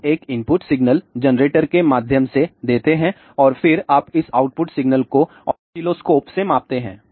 आप एक input signal generator के माध्यम से देते हैं और फिर आप इस आउटपुट सिग्नल को ऑसिलोस्कोप से मापते हैं